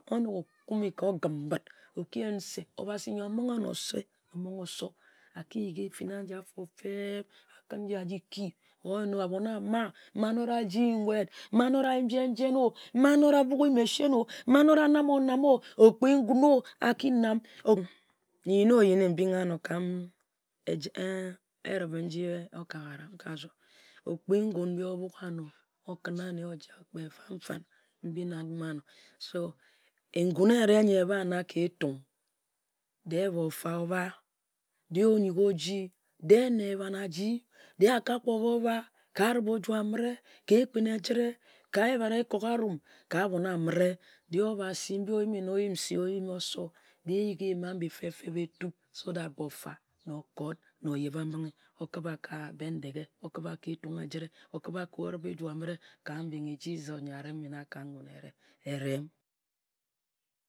Onok okumme ka ogim bǝt, oki yen se Obasi yor amon ghe nsi amonghe oso a ki yighi efinn aji feb akǝn nji aji ki, oyen abon amma, ma anora aji nwut ma anora ayim jen-jen-o ma anora aboghe mechine-o anora anam-o-nam-o, okpii ngun-o aki nam, nyi-no-yi-ni mbing ka eem-eem eyum okagara, okpii ngun mbi obu-gha okǝnna anne, okǝn na ejak fanfan ngun ehre nyi eba-na ka Etung, de-e ofa obha, de-e onyuk oji, de-e nne ebhan aji de-e aka kpor ba-oba, ka ekpin ejet-re, ka ehbat ekork arum, ka ahbon ammere. De-e Obasi mbi oyim wut, oyem nsi oyem oso, de-e eyigi eyim abi feb-feb etob so that bofa, na okot na oyebe-mbing oba ka Bendeghe, ka Etung ejit-re, okeb-ba ka arib-oju amera ka mbing nyi Jesus Amen.